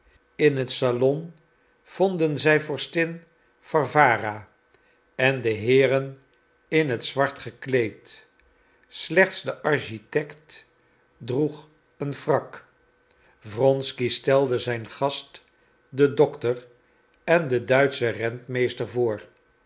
in het salon vonden zij vorstin warwara en de heeren in het zwart gekleed slechts de architect droeg een frak wronsky stelde zijn gast den dokter en den duitschen rentmeester voor